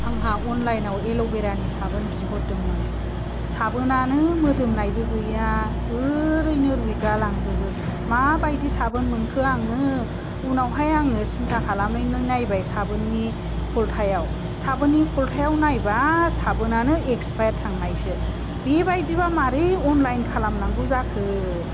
आंहा अनलाइनाव एल'भेरानि साबोन बिहरदोंमोन साबोनानो मोदोमनायबो गैया ओरैनो रुइगा लांजोबो माबायदि सोबोन मोनखो आङो उनावहाय आङो सिन्था खालामनानै साबोननि कल्तायाव साबोननि कल्तायाव नायबा साबोनानो एक्सपायार थांनायसो बेबायदिबा मारै अनलाइन खालामनांगौ जाखो